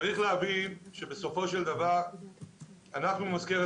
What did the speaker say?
צריך להבין שבסופו של דבר אנחנו במזכרת